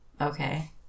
Okay